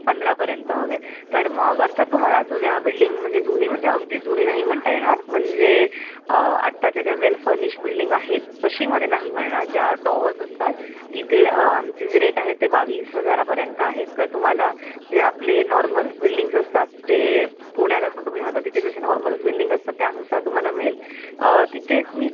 पंधरापर्यंत हवे आहे तर मग अर्थात तुम्हाला जुन्या बिल्डिंग म्हणजे जुनी म्हणजे अगदी जुनी नाही म्हणता येणार म्हणजे आत्ताच्या ज्या वेल फर्निश बिल्डिंग आहेत तशामध्ये नाही मिळणार ज्यात टॉवर्स असतात तिथे आमचे जे रेट आहेत ते बावीस हजारापर्यंत आहेत तर तुम्हाला जे आपले नॉर्मल्स बिल्डींग्स असतात ते पुण्याला पण तुम्ही राहता तिथे तसे नॉर्मल्स बिल्डिंग असतात त्यानुसार तुम्हाला मिळेल तिथेच मी